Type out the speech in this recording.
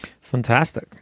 Fantastic